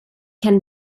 can